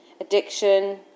addiction